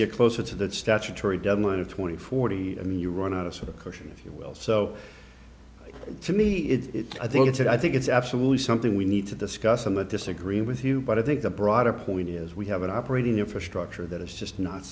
get closer to that statutory deadline of twenty forty i mean you run out of sort of cushion if you will so to me it's i think it's i think it's absolutely something we need to discuss in the disagree with you but i think the broader point is we have an operating infrastructure that is just not